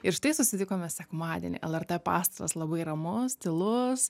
ir štai susitikome sekmadienį lrt pastatas labai ramus tylus